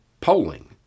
polling